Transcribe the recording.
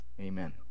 amen